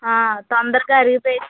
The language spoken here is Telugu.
తొందరగా అరిగిపోయే